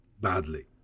badly